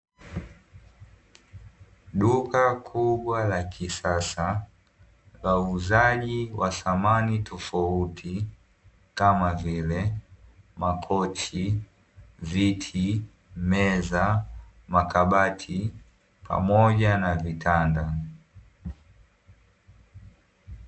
Duka kubwa la kisasa la uuzaji wa samani tofauti, kama vile: makochi, viti, meza, makabati pamoja na vitanda.